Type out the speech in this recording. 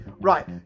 Right